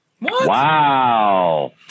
Wow